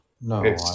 no